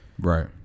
right